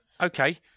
Okay